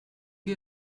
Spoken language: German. wir